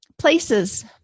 Places